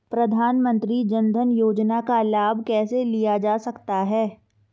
प्रधानमंत्री जनधन योजना का लाभ कैसे लिया जा सकता है?